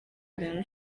nyuma